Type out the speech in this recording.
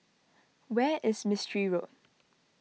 where is Mistri Road